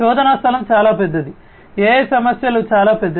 శోధన స్థలం చాలా పెద్దది AI సమస్యలు చాలా పెద్దవి